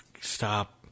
Stop